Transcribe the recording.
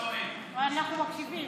ואנחנו מקשיבים.